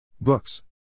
books